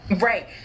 Right